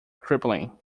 crippling